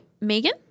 Megan